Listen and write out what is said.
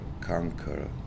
conquer